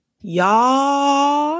Y'all